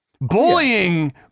Bullying